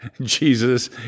Jesus